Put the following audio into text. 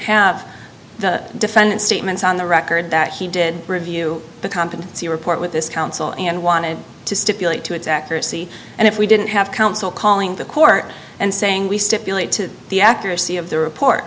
have the defendant's statements on the record that he did bring view the competency report with this counsel and wanted to stipulate to its accuracy and if we didn't have counsel calling the court and saying we stipulate to the accuracy of the report